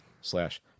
slash